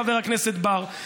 חבר הכנסת בר,